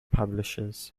publishers